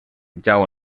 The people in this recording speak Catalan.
jau